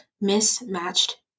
mismatched